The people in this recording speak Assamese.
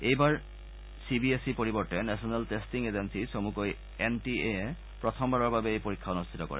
এইবাৰ চি বি এছ ইৰ পৰিৱৰ্তে নেশ্যনেল টেষ্টিং এজেলি চমুকৈ এন টি এয়ে প্ৰথমবাৰৰ বাবে এই পৰীক্ষা অনুষ্ঠিত কৰে